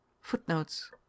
Footnotes